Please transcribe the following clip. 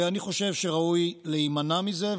ואני חושב שראוי להימנע מזה.